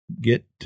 get